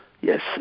Yes